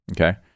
Okay